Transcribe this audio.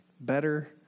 better